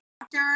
doctor